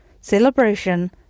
celebration